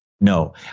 No